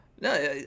No